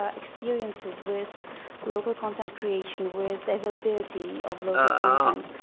ah experiences with local content creation with availability of local content,